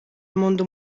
mondo